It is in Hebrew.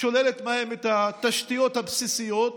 שוללת מהם את התשתיות הבסיסיות: